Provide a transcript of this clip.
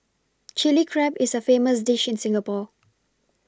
Chilli Crab is a famous dish in Singapore